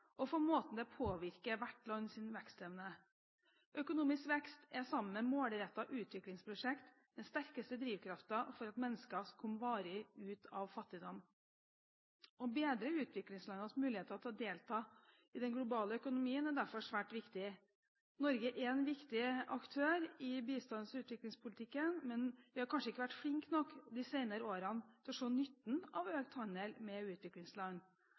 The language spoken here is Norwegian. sammen med målrettede utviklingsprosjekt den sterkeste drivkraften for at mennesker skal komme varig ut av fattigdom. Å bedre utviklingslandenes mulighet til å delta i den globale økonomien er derfor svært viktig. Norge er en viktig aktør i bistands- og utviklingspolitikken, men vi har kanskje ikke vært flinke nok de senere årene til å se nytten av økt handel med utviklingsland.